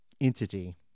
entity